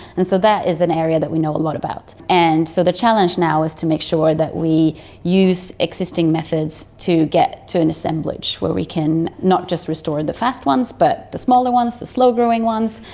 and so that is an area that we know a lot about. and so the challenge now is to make sure that we use existing methods to get to an assemblage where we can not just restore the fast ones but the smaller ones, the slow growing ones,